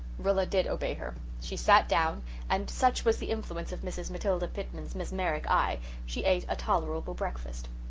rilla did obey her. she sat down and, such was the influence of mrs. matilda pitman's mesmeric eye, she ate a tolerable breakfast.